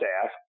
staff